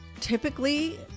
typically